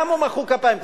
קמו ומחאו כפיים.